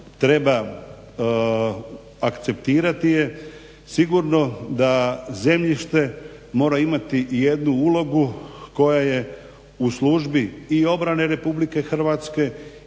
treba akceptirati je sigurno da zemljište mora imati i jednu ulogu koja je u službi i obrane RH i pitanja